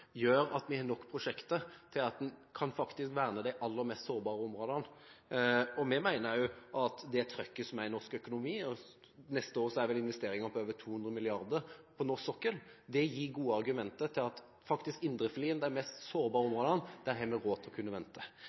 gjør at vi har nok prosjekter til at vi kan verne de aller mest sårbare områdene. Vi mener også at det trøkket som er i norsk økonomi – neste år er det vel investeringer på over 200 mrd. kr på norsk sokkel – gir gode argumenter for at vi har råd til å la indrefileten, de mest sårbare områdene, vente. Det er riktig at vi